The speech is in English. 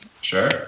Sure